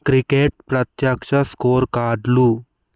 cricket ప్రత్యక్ష score కార్డులు